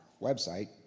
website